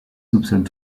soupçonnent